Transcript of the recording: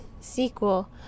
sequel